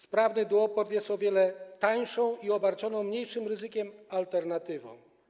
Sprawny duoport jest o wiele tańszą i obarczoną mniejszym ryzykiem alternatywą.